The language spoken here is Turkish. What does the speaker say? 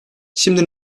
şimdi